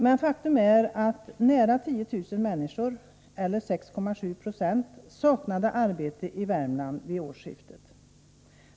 Men faktum är att nära 10000 människor — eller 6,7 70 — saknade arbete i Värmland vid årsskiftet.